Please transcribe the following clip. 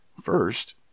First